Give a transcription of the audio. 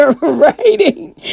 writing